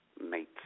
mates